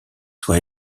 soit